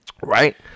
Right